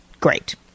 great